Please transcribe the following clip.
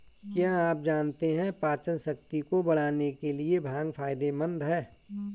क्या आप जानते है पाचनशक्ति को बढ़ाने के लिए भांग फायदेमंद है?